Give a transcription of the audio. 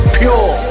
pure